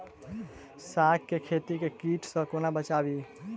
साग केँ खेत केँ कीट सऽ कोना बचाबी?